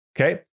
Okay